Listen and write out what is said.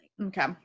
Okay